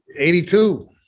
82